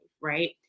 right